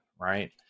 Right